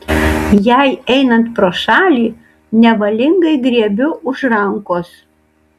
jai einant pro šalį nevalingai griebiu už rankos